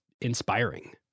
inspiring